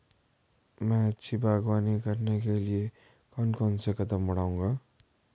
मैं अच्छी बागवानी करने के लिए कौन कौन से कदम बढ़ाऊंगा?